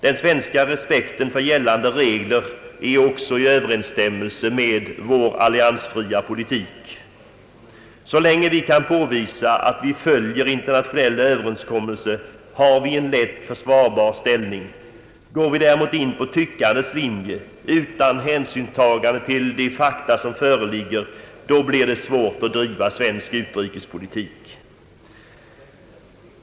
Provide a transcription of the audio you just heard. Den svenska respekten för gällande regler är också i överensstämmelse med vår alliansfria politik. Så länge vi kan påvisa att vi följer internationella överenskommelser, har vi en lätt försvarbar ställning. Går vi däremot in på tyckandets linje utan att ta hänsyn till de fakta som föreligger, då blir det svårt att driva svensk utrikespolitik.